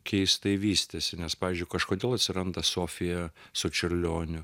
keistai vystėsi nes pavyzdžiui kažkodėl atsiranda sofija su čiurlioniu